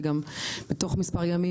וגם בתוך מספר ימים,